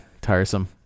Tiresome